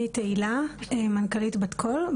אני תהילה, מנכ"לית בת קול.